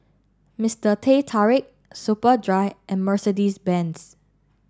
Mister Teh Tarik Superdry and Mercedes Benz